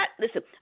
Listen